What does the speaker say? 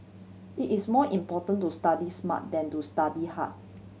it is more important to study smart than to study hard